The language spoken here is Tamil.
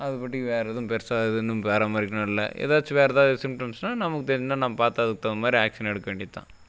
அதுபடி வேறு எதுவும் பெருசாக ஒன்றும் வேறு மாதிரிலாம் இல்லை ஏதாச்சும் வேறு ஏதாவது சிம்டம்ஸ்னா நமக்கு பார்த்து அதுக்கு தகுந்த மாதிரி ஆக்ஷன் எடுக்க வேண்டியது தான்